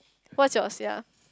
what's yours sia